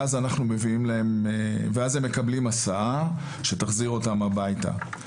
ואז הם מקבלים הסעה שתחזיר אותם הביתה.